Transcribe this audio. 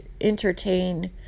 entertain